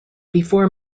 before